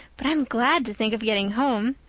but i'm glad to think of getting home.